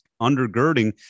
undergirding